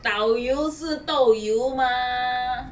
导游是豆油 mah